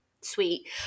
sweet